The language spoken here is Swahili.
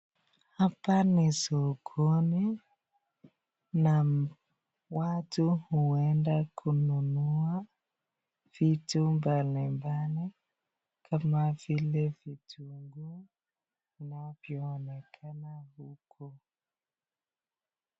Hapa ni sokoni na watu huenda kununua vitu mbalimbali kama vile vitunguu vinavyo onekana huku.